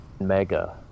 Mega